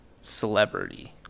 celebrity